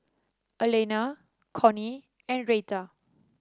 Elaina Connie and Reta